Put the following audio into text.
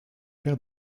père